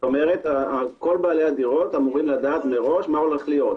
כלומר כל בעלי הדירות אמורים לדעת מראש מה הולך להיות.